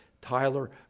Tyler